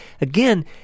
Again